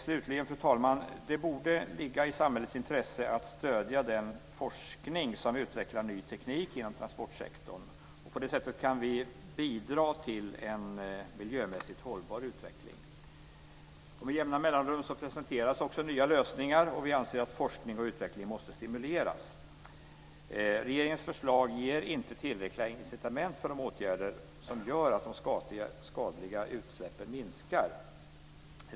Slutligen, fru talman, borde det ligga i samhällets intresse att stödja den forskning som utvecklar ny teknik inom transportsektorn. På det sättet kan vi bidra till en miljömässigt hållbar utveckling. Med jämna mellanrum presenteras också nya lösningar. Vi anser att forskning och utveckling måste stimuleras. Regeringens förslag ger inte tillräckliga incitament för de åtgärder som gör att de skadliga utsläppen minskar.